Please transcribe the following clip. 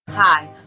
Hi